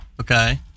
Okay